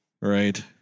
Right